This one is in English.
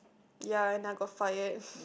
ya and I got fired